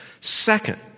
Second